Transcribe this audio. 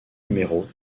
numéros